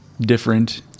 different